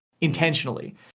intentionally